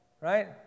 right